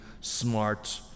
smart